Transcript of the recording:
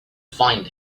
find